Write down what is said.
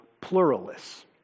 pluralists